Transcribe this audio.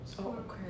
okay